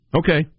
okay